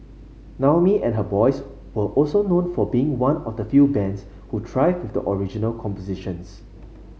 Naomi and her boys were also known for being one of the few bands who thrived with original compositions